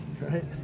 right